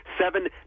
seven